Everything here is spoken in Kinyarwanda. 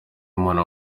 umuntu